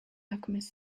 alchemist